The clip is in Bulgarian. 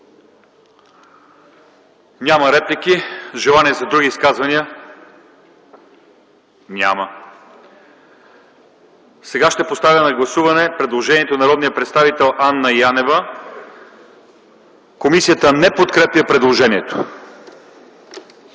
Няма. Желания за други изказвания? Няма. Сега поставям на гласуване предложението на народния представител Анна Янева – комисията не подкрепя предложението.